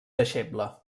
deixeble